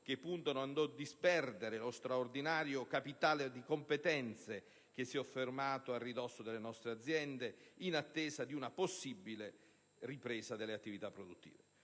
che puntano a non disperdere lo straordinario capitale di competenze che si è formato a ridosso delle nostre aziende, in attesa di una possibile ripresa delle attività produttive.